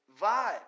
vibe